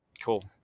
Cool